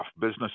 business